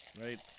right